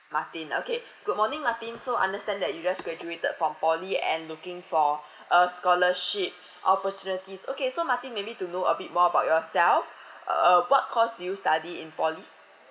martin okay good morning martin so understand that you just graduated from poly and looking for a scholarship opportunities okay so martin maybe to know a bit more about yourself uh what course do you study in poly